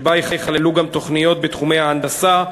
שייכללו בה גם תוכניות בתחומי ההנדסה,